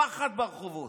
פחד ברחובות.